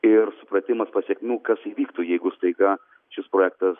ir supratimas pasekmių kas įvyktų jeigu staiga šis projektas